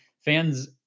fans